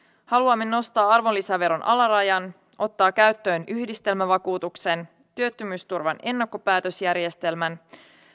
haluamme nostaa arvonlisäveron alarajan ottaa käyttöön yhdistelmävakuutuksen työttömyysturvan ennakkopäätösjärjestelmän